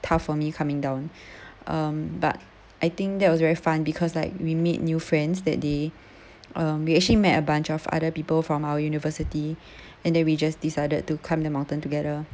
tough for me coming down um but I think that was very fun because like we meet new friends that they um we actually met a bunch of other people from our university and then we just decided to climb the mountain together